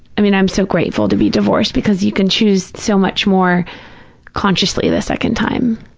i mean, i'm so grateful to be divorced because you can choose so much more consciously the second time.